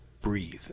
breathe